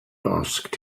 asked